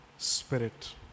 spirit